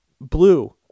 blue